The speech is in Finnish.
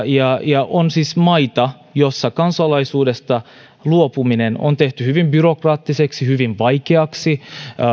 ja ja on siis maita joissa kansalaisuudesta luopuminen on tehty hyvin byrokraattiseksi hyvin vaikeaksi